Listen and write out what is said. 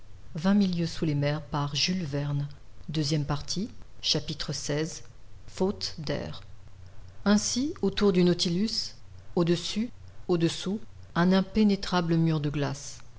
xvi faute d'air ainsi autour du nautilus au-dessus au-dessous un impénétrable mur de glace